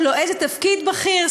לא איזה תפקיד בכיר,